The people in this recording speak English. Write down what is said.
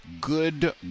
good